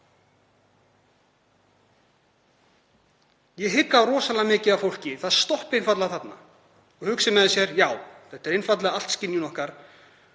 Ég hygg að rosalega margt fólk stoppi einfaldlega þarna og hugsi með sér: Já, þetta er einfaldlega allt skynjun okkar,